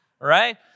right